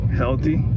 healthy